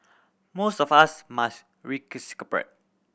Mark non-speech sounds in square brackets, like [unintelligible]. most of us must [unintelligible]